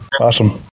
Awesome